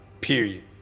Period